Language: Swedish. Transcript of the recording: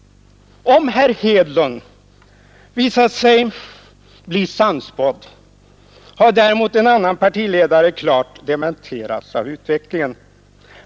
Om herr Hedlund visat sig bli sannspådd, har däremot en annan partiledare klart dementerats av utvecklingen.